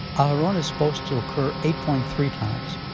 ah aharon is supposed to occur eight point three times,